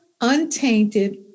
untainted